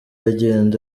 agenda